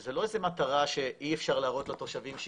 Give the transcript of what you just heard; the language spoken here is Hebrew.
שזה לא איזה מטרה שאי אפשר להראות לתושבים,